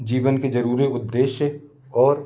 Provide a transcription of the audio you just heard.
जीवन के ज़रूरी उद्देश्य और